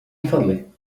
فضلك